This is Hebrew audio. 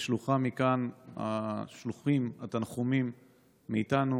ושלוחים מכאן התנחומים מאיתנו